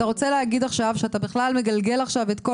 אתה רוצה להגיד עכשיו שאתה בכלל מגלגל עכשיו את כל